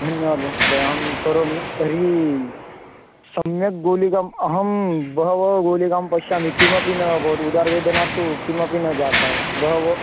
धन्यवादः महोदय अहं करोमि तर्हि सम्यक् गुलिकाम् अहं बहवः गुलिकां पश्यामि किमपि नाभवत् उदरवेदना तु किमपि न जाता बहवो